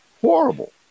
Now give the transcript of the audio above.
horrible